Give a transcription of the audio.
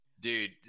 Dude